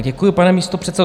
Děkuju, pane místopředsedo.